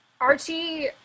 Archie